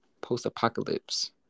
post-apocalypse